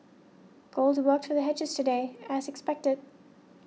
gold worked to the hedgers today as expected